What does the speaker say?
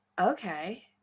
Okay